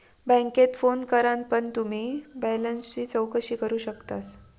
बॅन्केत फोन करान पण तुम्ही बॅलेंसची चौकशी करू शकतास